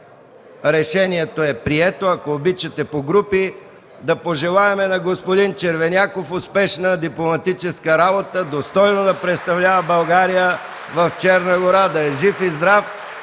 Решението е прието. Да пожелаем на господин Червеняков успешна дипломатическа работа, достойно да представлява България в Черна гора! Да е жив и здрав